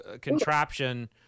contraption